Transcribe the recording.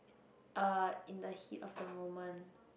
err in the heat of the moment